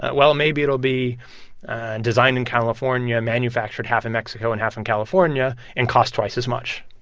ah well, maybe it'll be and designed in california, manufactured half in mexico, and half in california and cost twice as much